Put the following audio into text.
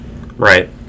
Right